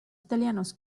italianos